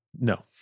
No